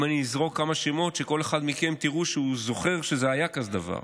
אם אני אזרוק כמה שמות תראו שכל אחד מכם זוכר שהיה כזה דבר.